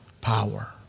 power